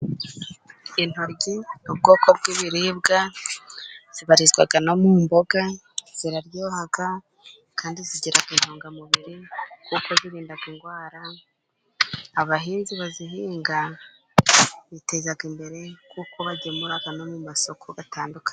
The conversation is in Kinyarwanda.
Intoryi ni ubwoko bw'ibiribwa, zibarizwa no mu mboga, ziraryoha kandi zigira intungamubiri, kuko zirinda indwara, abahinzi bazihinga biteza imbere, kuko bagemura no mu masoko atandukanye.